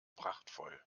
prachtvoll